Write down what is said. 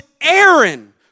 Aaron